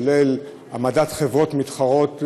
כולל העמדת חברות מתחרות,